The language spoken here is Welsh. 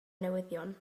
newyddion